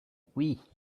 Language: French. oui